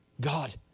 God